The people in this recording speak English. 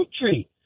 country